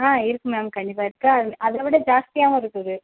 ஆ இருக்குது மேம் கண்டிப்பாக இருக்குது அதை விட ஜாஸ்தியாகவும் இருக்குது